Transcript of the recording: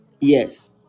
yes